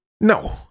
No